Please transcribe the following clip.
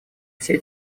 все